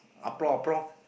uh